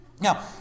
Now